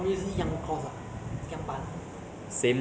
jasper higher NITEC